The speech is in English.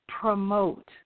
promote